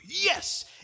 yes